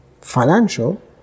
financial